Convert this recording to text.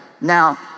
Now